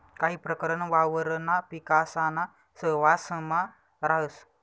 काही प्रकरण वावरणा पिकासाना सहवांसमा राहस